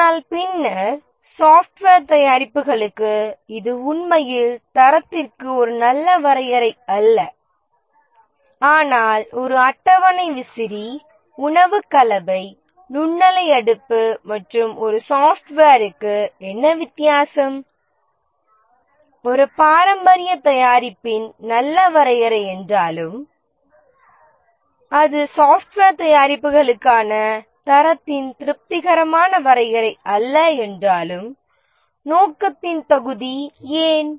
ஆனால் பின்னர் சாப்ட்வேர் தயாரிப்புகளுக்கு இது உண்மையில் தரத்திற்கு ஒரு நல்ல வரையறை அல்ல ஆனால் ஒரு அட்டவணை விசிறி உணவு கலவை நுண்ணலை அடுப்பு மற்றும் ஒரு சாப்ட்வேருக்கு என்ன வித்தியாசம் ஒரு பாரம்பரிய தயாரிப்பின் நல்ல வரையறை என்றாலும் அது சாஃப்ட்வேர் தயாரிப்புகளுக்கான தரத்தின் திருப்திகரமான வரையறை அல்ல என்றாலும் நோக்கத்தின் தகுதி ஏன்